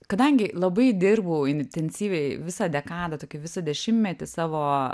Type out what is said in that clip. kadangi labai dirbau intensyviai visą dekadą tokį visą dešimtmetį savo